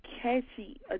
catchy